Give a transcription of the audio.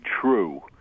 true